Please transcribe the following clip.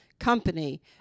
company